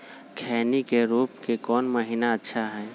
खैनी के रोप के कौन महीना अच्छा है?